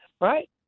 Right